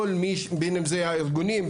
בין שזה הארגונים,